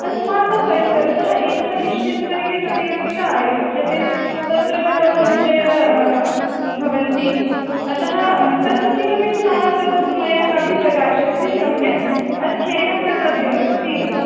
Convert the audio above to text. अस्माकं परिसरतः एका विश्वस्तरीयप्रतियोगिता आयोज्यते तत्र बहवः विषयाः भवन्ति अतः तत्र किमपि स्थानं लब्धुं मया काव्यप्रकाशस्य सम्यक् अध्ययनं कर्तव्यम् अस्ति